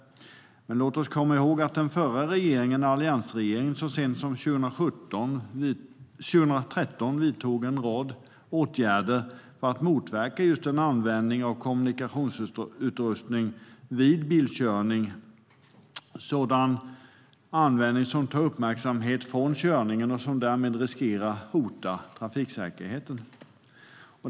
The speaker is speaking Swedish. Men låt oss komma ihåg att alliansregeringen så sent som 2013 vidtog en rad åtgärder för att motverka just användning av kommunikationsutrustning vid bilkörning som tar uppmärksamhet från körningen och som därmed riskerar att hota trafiksäkerheten.